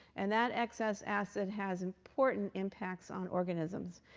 and that excess acid has important impacts on organisms.